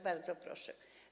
Bardzo proszę.